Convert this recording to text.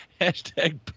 hashtag